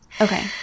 okay